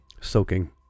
Soaking